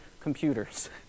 computers